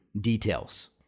details